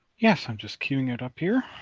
yes, i'm just queuing it up here.